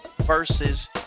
versus